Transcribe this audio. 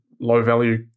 low-value